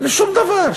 לשום דבר.